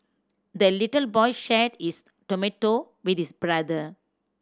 the little boy shared his tomato with his brother